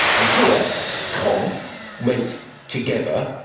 and here con um meant together,